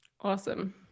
awesome